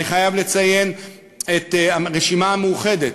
אני חייב לציין את הרשימה המאוחדת,